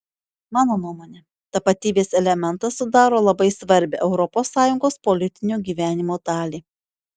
mano nuomone tapatybės elementas sudaro labai svarbią europos sąjungos politinio gyvenimo dalį